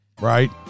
Right